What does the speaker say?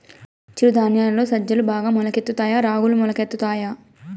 చిరు ధాన్యాలలో సజ్జలు బాగా మొలకెత్తుతాయా తాయా రాగులు మొలకెత్తుతాయా